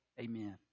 Amen